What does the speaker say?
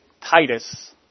Titus